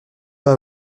pas